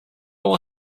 will